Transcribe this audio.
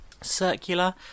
circular